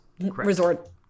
Resort